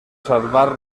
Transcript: salvar